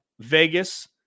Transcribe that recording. Vegas